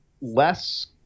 less